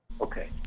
Okay